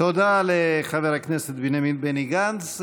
תודה לחבר הכנסת בנימין בני גנץ.